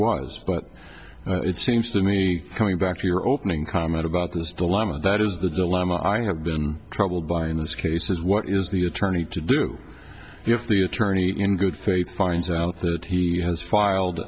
was but it seems to me coming back to your opening comment about this dilemma that is the dilemma i have been troubled by in this case is what is the attorney to do you have the attorney in good faith finds out that he has filed